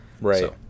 Right